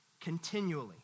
continually